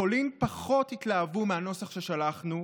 בפולין פחות התלהבו מהנוסח ששלחנו,